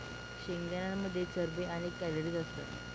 शेंगदाण्यांमध्ये चरबी आणि कॅलरीज असतात